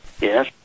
Yes